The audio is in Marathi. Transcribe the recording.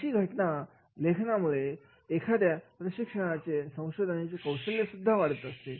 अशी घटना लेखनामुळे एखाद्याचे प्रशिक्षणाचे आणि संशोधनाचे कौशल्य वाढत असते